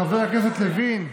חבר הכנסת לוין,